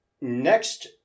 next